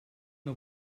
una